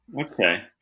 Okay